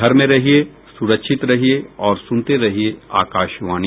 घर में रहिये सुरक्षित रहिये और सुनते रहिये आकाशवाणी